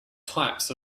types